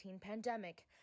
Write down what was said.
pandemic